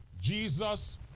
Jesus